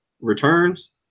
Returns